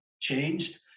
changed